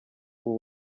ubu